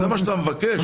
זה מה שאתה מבקש?